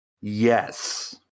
Yes